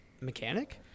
mechanic